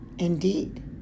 Indeed